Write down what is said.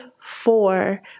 four